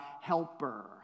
helper